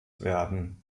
werden